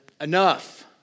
enough